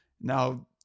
Now